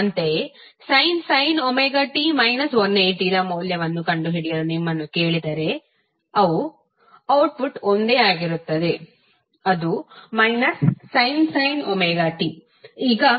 ಅಂತೆಯೇ sin ωt 180 ದ ಮೌಲ್ಯವನ್ನು ಕಂಡುಹಿಡಿಯಲು ನಿಮ್ಮನ್ನು ಕೇಳಿದರೆ ಇನ್ನೂ ಅವ್ಟ್ಟ್ಪುಟ್ ಒಂದೇ ಆಗಿರುತ್ತದೆ ಅದು sin ωt